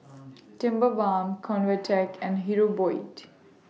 Tigerbalm Convatec and Hirudoid